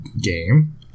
game